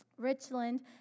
richland